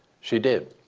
she did.